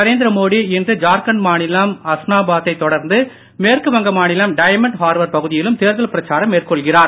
நரேந்திர மோடி இன்று ஜார்கண்ட் மாநிலம் ஹஸ்னாபாத்தை தொடர்ந்து மேற்கு வங்கம் மாநிலம் டைமன்ட் ஹார்பர் பகுதியிலும் தேர்தல் பிரச்சாரம் மேற்கொள்கிறார்